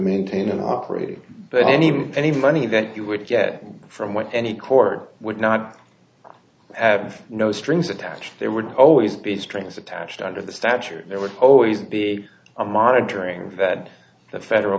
maintain an operating but any any money that you would get from what any court would not have no strings attached there would always be strings attached under the statute there were always be a monitoring that the federal